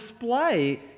display